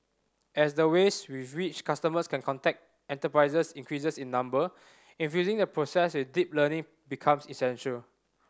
as the ways with which customers can contact enterprises increase in number infusing the process with deep learning becomes essential